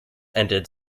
ended